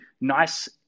nice